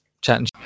chatting